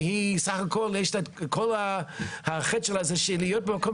שהיא סך הכל כל החטא שלה זה להיות במקום